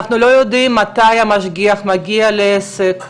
אנחנו לא יודעים מתי המשגיח מגיע לעסק,